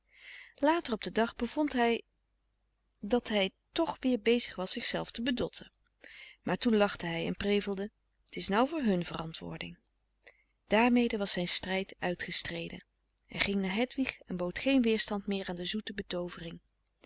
doods den dag bevond hij dat hij toch weer bezig was zichzelf te bedotten maar toen lachte hij en prevelde t is nou voor hun verantwoording daarmede was zijn strijd uitgestreden hij ging naar hedwig en bood geen weerstand meer aan de zoete